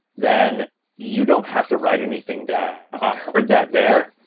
then you don't have to write anything down. i heard that there,